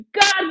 God